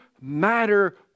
matter